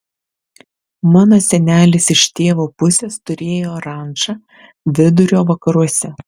mano senelis iš tėvo pusės turėjo rančą vidurio vakaruose